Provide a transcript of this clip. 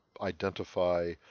identify